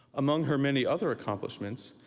among her many other accomplishments,